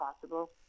possible